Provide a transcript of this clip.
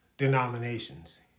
denominations